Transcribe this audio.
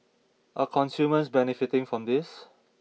are consumers benefiting from this